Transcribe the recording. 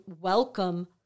welcome